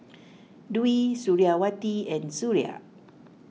Dwi Suriawati and Suria